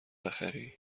بخری